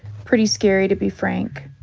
pretty scary to be frank.